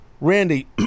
Randy